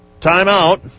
Timeout